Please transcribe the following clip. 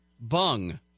bung